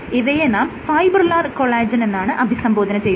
ഇവയെ നാം fibrillar collagen എന്നാണ് അഭിസംബോധന ചെയ്യുന്നത്